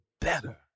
better